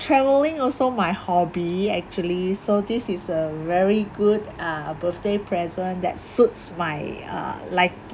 traveling also my hobby actually so this is a very good uh birthday present that suits my uh liking